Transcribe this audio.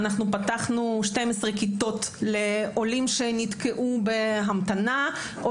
פתחנו 12 כיתות לעולים שנתקעו בהמתנה או